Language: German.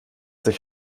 sich